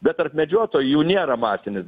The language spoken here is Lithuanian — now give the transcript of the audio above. bet tarp medžiotojų jų nėra masinis